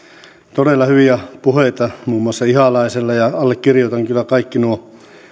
todella hyviä puheita muun muassa ihalaisella ja allekirjoitan kyllä kaikki nuo